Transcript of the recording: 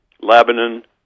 Lebanon